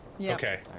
Okay